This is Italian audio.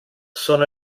sono